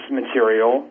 material